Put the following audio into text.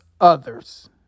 others